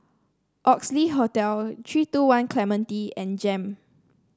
Oxley Hotel three two One Clementi and JEM